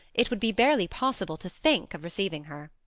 it would be barely possible to think of receiving her.